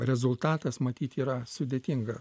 rezultatas matyt yra sudėtinga